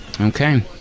Okay